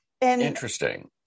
Interesting